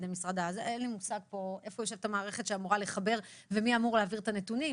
אין לי מושג איפה יושבת המערכת שאמורה לחבר ומי אמור להעביר את הנתונים.